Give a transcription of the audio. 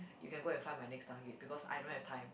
you can go and find my next target because I don't have time